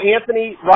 Anthony